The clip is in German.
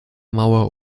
mauer